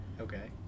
Okay